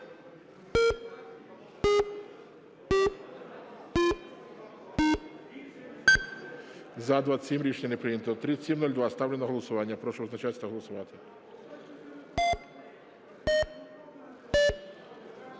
За-29 Рішення не прийнято. 3706. Ставлю на голосування. Прошу визначатися та голосувати.